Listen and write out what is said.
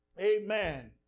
Amen